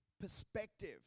perspective